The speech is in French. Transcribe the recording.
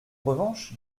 revanche